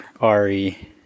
Ari